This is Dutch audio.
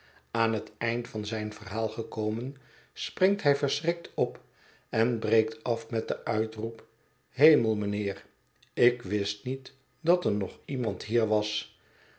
aan het eind van zijn verbaal gekomen springt hij verschrikt op en breekt af met den uitroep hemel mijnheer ik wist niet dat er nog iemand hier was